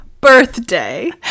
birthday